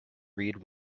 read